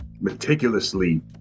meticulously